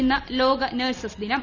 ഇന്ന് ലോക നഴ്സസ് ദിനം